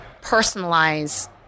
personalize